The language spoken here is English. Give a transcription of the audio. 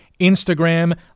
Instagram